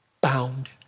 bound